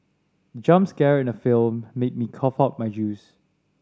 the jump scare in the film made me cough out my juice